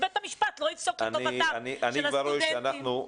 בית המשפט לא יפסוק לטובתם של הסטודנטים.